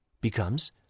Becomes